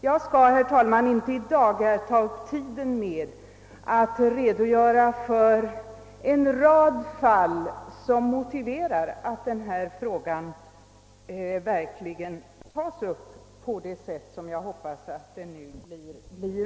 Jag skall inte i dag uppta tiden med att redogöra för en rad fall som motiverar att denna fråga tas upp på det sätt som jag hoppas nu sker.